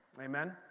Amen